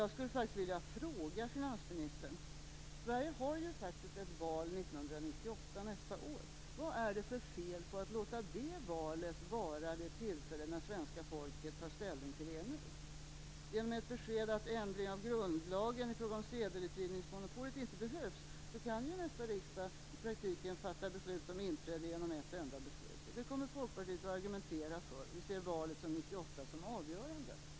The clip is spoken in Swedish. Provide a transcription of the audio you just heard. Jag skulle vilja fråga finansministern: Sverige har faktiskt ett val 1998, nästa år. Vad är det för fel på att låta det valet vara det tillfälle då svenska folket tar ställning till EMU? Genom ett besked att ändring av grundlagen i fråga om sedelutgivningsmonopolet inte behövs kan nästa riksdag i praktiken fatta beslut om inträde genom ett enda beslut. Det kommer Folkpartiet att argumentera för. Vi ser valet 1998 som avgörande.